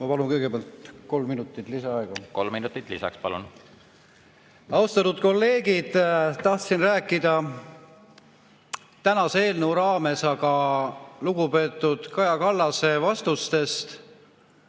Ma palun kõigepealt kolm minutit lisaaega. Kolm minutit lisaks, palun! Austatud kolleegid! Tahtsin rääkida tänase eelnõu raames, aga lugupeetud Kaja Kallase vastustest